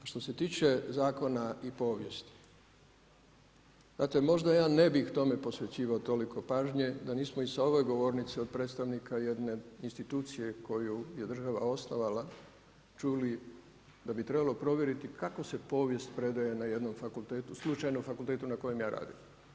A što se tiče zakona i povijesti, znate možda ja ne bih posvećivao toliko pažnje da nismo i s ove govornice od predstavnika jedne institucije koju je država osnovala čuli da bi trebali provjeriti kako se povijest predaje na jednom fakultetu, slučajno fakultetu na kojem radim.